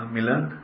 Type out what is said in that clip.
Milan